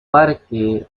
parque